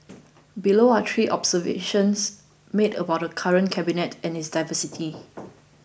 below are three observations made about the current cabinet and its diversity